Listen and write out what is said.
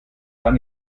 dann